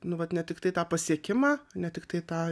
nu vat ne tiktai tą pasiekimą ne tiktai tą